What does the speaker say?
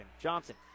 Johnson